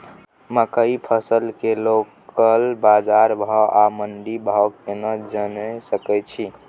मकई फसल के लोकल बाजार भाव आ मंडी भाव केना जानय सकै छी?